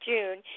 June